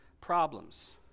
problems